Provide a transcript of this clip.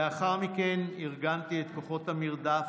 לאחר מכן ארגנתי את כוחות המרדף,